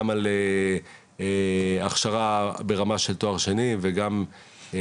גם על הכשרה ברמה של תואר שני וגם על